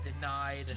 denied